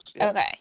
Okay